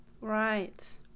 Right